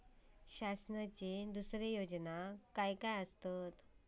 शासनाचो दुसरे योजना काय आसतत?